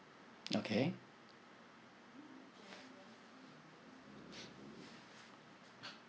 okay